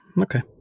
Okay